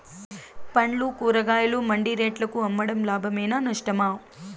పండ్లు కూరగాయలు మండి రేట్లకు అమ్మడం లాభమేనా నష్టమా?